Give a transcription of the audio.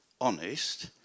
honest